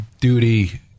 duty